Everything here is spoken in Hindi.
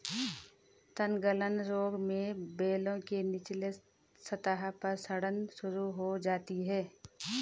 तनगलन रोग में बेलों के निचले सतह पर सड़न शुरू हो जाती है